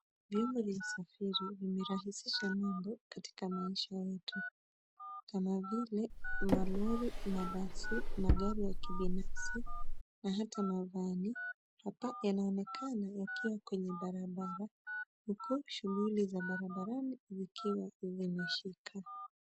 Vyombo vya usafiri vimerahisisha mwendo katika maisha yetu kama vile malori, mabasi, magari ya kibinafsi na hata mavani. Hapa yanaonekana yakiwa kwenye barabara huku shughuli za barabarani zikiwa zimeshika.